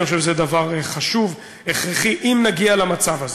אני חושב שזה דבר חשוב והכרחי, אם נגיע למצב הזה,